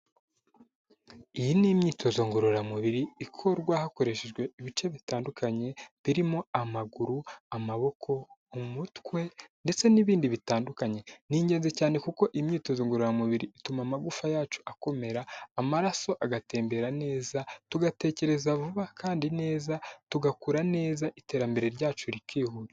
Iyi ni imyitozo ngororamubiri ikorwa hakoreshejwe ibice bitandukanye birimo amaguru, amaboko, umutwe ndetse n'ibindi bitandukanye. Ni ingenzi cyane kuko imyitozo ngororamubiri ituma amagufwa yacu akomera, amaraso agatembera neza, tugatekereza vuba kandi neza, tugakura neza iterambere ryacu rikihuta.